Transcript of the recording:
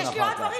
יש לי עוד דברים,